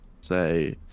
say